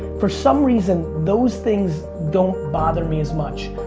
for some reason those things don't bother me as much.